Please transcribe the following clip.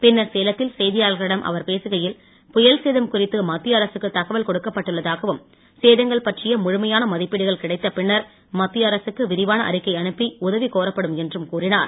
பின்னர் சேலத்தில் செய்தியாளர்களிடம் அவர் பேசுகையில் புயல் சேதம் குறித்து மத்திய அரசுக்கு தகவல் கொடுக்கப் பட்டுள்ளதாகவும் சேதங்கள் பற்றிய முழுமையான மதிப்பீடுகள் கிடைத்த பின்னர் மத்திய அரசுக்கு விரிவான அறிக்கை அனுப்பி உதவி கோரப்படும் என்றும் கூறினார்